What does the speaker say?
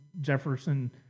Jefferson